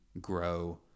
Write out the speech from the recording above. grow